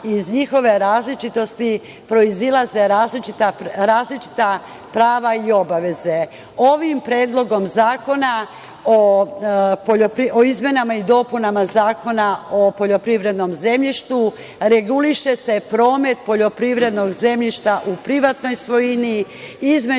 iz njihove različitosti proizilaze različita prava i obaveze. Ovim Predlogom zakona o izmenama i dopunama Zakona o poljoprivrednom zemljištu, reguliše se promet poljoprivrednog zemljišta u privatnoj svojini između